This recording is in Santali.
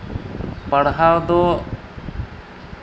ᱯᱟᱲᱦᱟᱣ ᱫᱚ